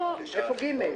איפה --- איפה (ג)?